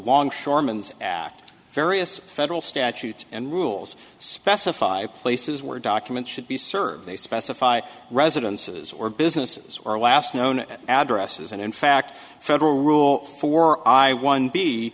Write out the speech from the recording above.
longshoreman's act various federal statutes and rules specify places where documents should be served they specify residences or businesses or last known addresses and in fact federal rules for i one be